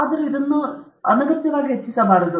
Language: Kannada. ಹಾಗಿದ್ದರೂ ಇದನ್ನು ಎಂದಿಗೂ ಹೆಚ್ಚಿಸಬಾರದು